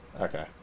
Okay